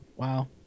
wow